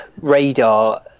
radar